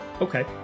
Okay